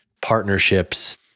partnerships